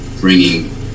bringing